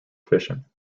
efficient